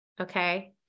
okay